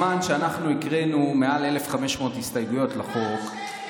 יעבור ללא שום אמירה מצידנו או אקטים מצידנו.